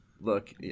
look